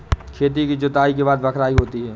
खेती की जुताई के बाद बख्राई होती हैं?